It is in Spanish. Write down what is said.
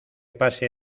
pase